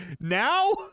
Now